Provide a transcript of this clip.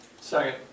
Second